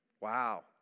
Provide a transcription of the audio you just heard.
Wow